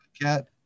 cat